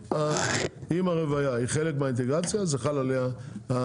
אם הרבייה היא חלק מהאינטגרציה אז חל עליה האיסור,